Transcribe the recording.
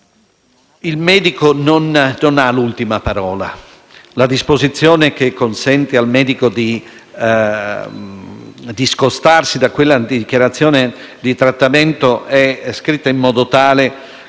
Il medico non ha l'ultima parola. La disposizione che consente al medico di discostarsi da quella dichiarazione di trattamento è scritta in modo tale